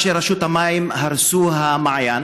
אנשי רשות המים הרסו את המעיין,